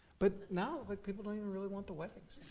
but now, like people don't even really want the weddings.